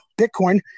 Bitcoin